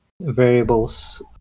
variables